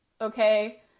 okay